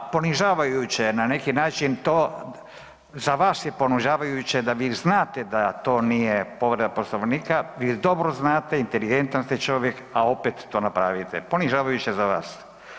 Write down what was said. Ponižavajuće je na neki način to za vas je ponižavajuće da vi znate da to nije povreda poslovnika, vi dobro znate inteligentan ste čovjek, a opet to napravite, ponižavajuće za vas.